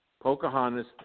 Pocahontas